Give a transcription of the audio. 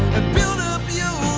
build up your